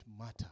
matter